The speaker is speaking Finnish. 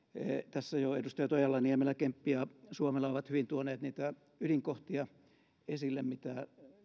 tässä jo edustajat ojala niemelä kemppi ja suomela ovat hyvin tuoneet esille niitä ydinkohtia mitä tätä